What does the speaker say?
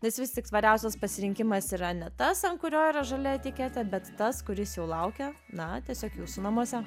nes vis tik svariausias pasirinkimas yra ne tas ant kurio yra žalia etiketė bet tas kuris jau laukia na tiesiog jūsų namuose